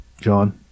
John